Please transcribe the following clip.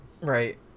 Right